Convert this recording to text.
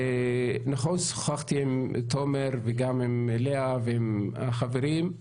נכון ששוחחתי עם תומר וגם עם לאה ועם החברים,